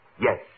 Yes